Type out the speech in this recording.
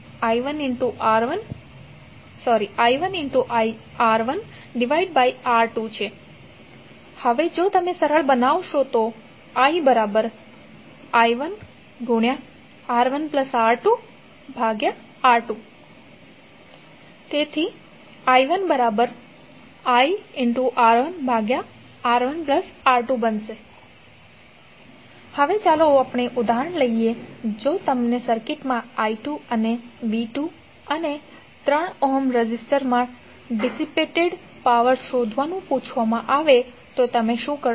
હવે ii1i1R1R2 હવે જો તમે સરળ બનાવશો તો ii1R1R2R2 તેથી i1iR2R1R2 i2iR1R1R2 હવે ચાલો આપણે ઉદાહરણ લઈએ જો તમને સર્કિટમાં i2 અને v2 અને 3 ઓહ્મ રેઝિસ્ટરમાં ડિસિપિટેડ પાવર શોધવાનુ પૂછવામાં આવે તો તમે શું કરશો